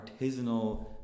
artisanal